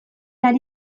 ari